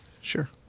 Sure